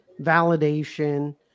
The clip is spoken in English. validation